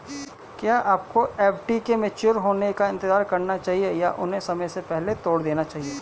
क्या आपको एफ.डी के मैच्योर होने का इंतज़ार करना चाहिए या उन्हें समय से पहले तोड़ देना चाहिए?